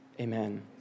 amen